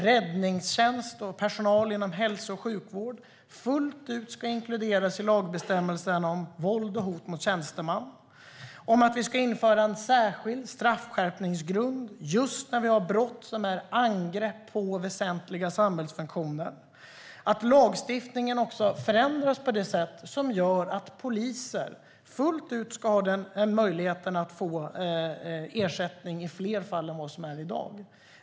Räddningstjänst och personal inom hälso och sjukvård ska fullt ut inkluderas i lagbestämmelsen om våld och hot mot tjänsteman. Det ska införas en särskild straffskärpningsgrund för brott som är angrepp på väsentliga samhällsfunktioner. Lagstiftningen ska förändras så att poliser kan få ersättning i fler fall än i dag.